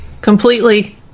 completely